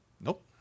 Nope